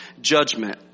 judgment